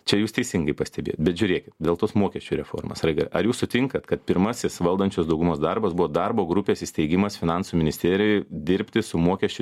čia jūs teisingai pastebėjot bet žiūrėkit dėl tos mokesčių reformos raiga ar jūs sutinkat kad pirmasis valdančios daugumos darbas buvo darbo grupės įsteigimas finansų ministerijoj dirbti su mokesčių